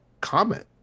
comment